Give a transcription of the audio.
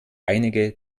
einige